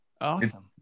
Awesome